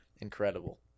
incredible